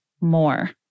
more